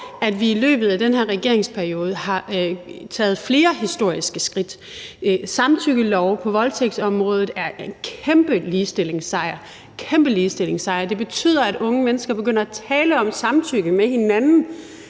at vi i løbet af den her regeringsperiode har taget flere historiske skridt: En samtykkelov på voldtægtsområdet er en kæmpe ligestillingssejr. Det er en kæmpe ligestillingssejr, som betyder, at unge mennesker begynder at tale med hinanden